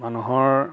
মানুহৰ